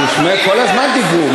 תשמעי, כל הזמן דיברו.